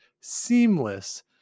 seamless